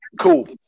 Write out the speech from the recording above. cool